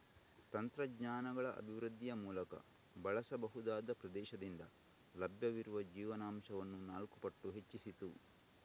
ತಂತ್ರಜ್ಞಾನಗಳ ಅಭಿವೃದ್ಧಿಯ ಮೂಲಕ ಬಳಸಬಹುದಾದ ಪ್ರದೇಶದಿಂದ ಲಭ್ಯವಿರುವ ಜೀವನಾಂಶವನ್ನು ನಾಲ್ಕು ಪಟ್ಟು ಹೆಚ್ಚಿಸಿತು